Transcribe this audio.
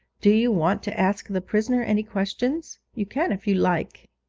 do you want to ask the prisoner any questions you can if you like